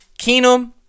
Keenum